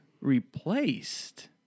replaced